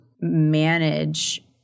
manage